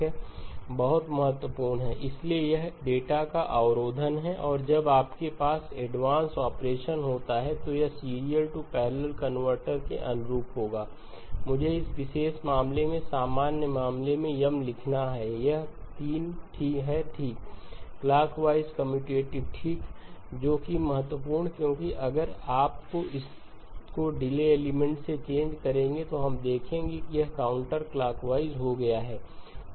बहुत महत्वपूर्ण है इसलिए यह डेटा का अवरोधन है और जब आपके पास एडवांस ऑपरेशन्स होता है तो यह सीरियल टू पैरेलल कनवर्टर के अनुरूप होगा मुझे इस विशेष मामले में सामान्य मामले में M लिखना है यह 3 है ठीक क्लॉकवाइज कम्यूटेटिव ठीक जो कि महत्वपूर्ण है क्योंकि अगर आप इसको डिले एलिमेंट से चेंज करेंगे तब हम देखेंगे कि यह काउंटरक्लाकवाइज हो गया है